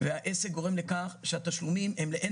והעסק גו רם לכך שהתשלומים הם לאין